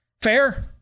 Fair